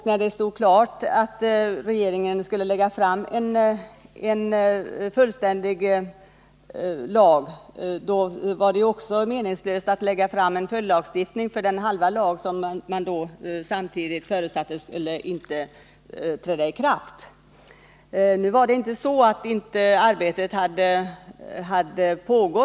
När det stod klart att regeringen skulle lägga fram förslag till en fullständig lag, var det meningslöst att lägga fram förslag om en följdlagstiftning för den halva riksdagen antog i våras och som man nu förutsatte inte skulle träda i kraft ensam.